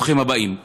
ברוכים הבאים.